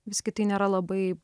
visgi tai nėra labai